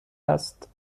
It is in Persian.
است